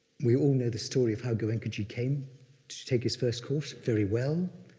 we all know the story of how goenkaji came to take his first course very well.